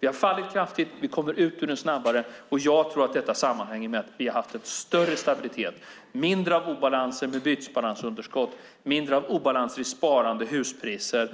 Vi har fallit kraftigt, vi kommer ut ur den snabbare, och jag tror att detta sammanhänger med att vi har haft en större stabilitet, mindre av obalanser med bytesbalansunderskott, mindre av obalanser i sparande och huspriser